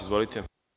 Izvolite.